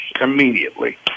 immediately